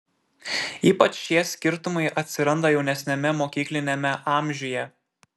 ypač šie skirtumai atsiranda jaunesniame mokykliniame amžiuje